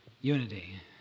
unity